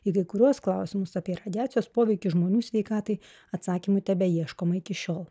į kai kuriuos klausimus apie radiacijos poveikį žmonių sveikatai atsakymo tebeieškoma iki šiol